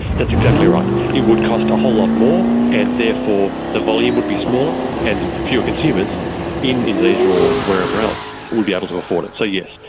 that's exactly right. it would cost a whole lot more and therefore the volume would be smaller and fewer consumers in indonesia or wherever else would be able to afford it, so yes,